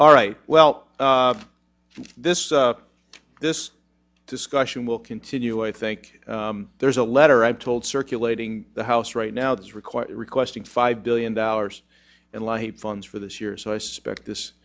all right well this this discussion will continue i think there's a letter i'm told circulating the house right now this requires requesting five billion dollars in light funds for this year so i suspect this